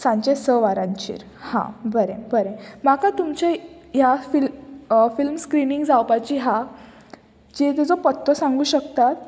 सांचे स वारांचेर हां बरें बरें म्हाका तुमचे ह्या फिल फिल्म स्क्रिनींग जावपाची हा जी जिजो पत्तो सांगूं शकतात